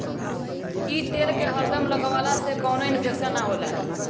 इ तेल के हरदम लगवला से कवनो इन्फेक्शन ना होला